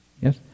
Yes